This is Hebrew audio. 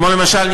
כמו למשל,